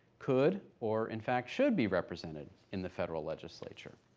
could, or in fact, should be represented in the federal legislature.